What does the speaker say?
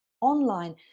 online